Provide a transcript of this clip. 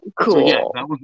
cool